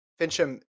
Fincham